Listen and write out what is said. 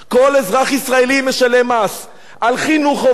כל אזרח ישראלי משלם מס על חינוך חובה,